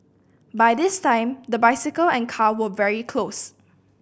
by this time the bicycle and car were very close